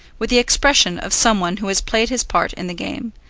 with the expression of some one who has played his part in the game,